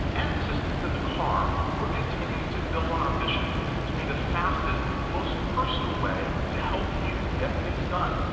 and assistance in the car, we're continuing to build on our mission to be the fastest, most personal way to help you get things done.